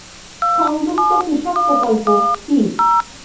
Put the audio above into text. সংযুক্ত কৃষক প্রকল্প কি?